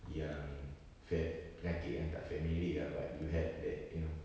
yang fa~ penyakit yang tak familiar ah but you have that you know